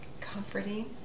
comforting